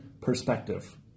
perspective